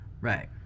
Right